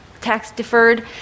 tax-deferred